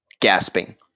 Gasping